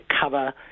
cover